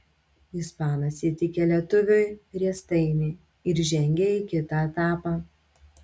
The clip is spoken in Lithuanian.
ispanas įteikė lietuviui riestainį ir žengė į kitą etapą